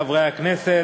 חברי חברי הכנסת,